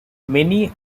many